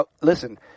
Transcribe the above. listen